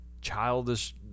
childish